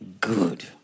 good